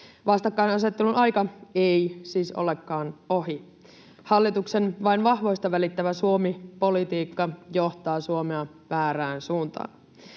Vastakkainasettelun aika ei siis olekaan ohi. Hallituksen ”vain vahvoista välittävä Suomi” ‑politiikka johtaa Suomea väärään suuntaan.